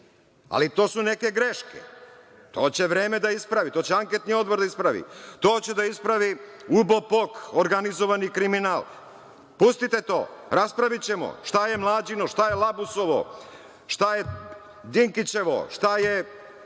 Ali, to su neke greške. To će vreme da ispravi, to će anketni odbor da ispravi, to će da ispravi UBOPOK, organizovani kriminal. Pustite to, raspravićemo šta je Mlađino, šta je Labusovo, šta je Dinkićevo, šta je